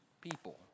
people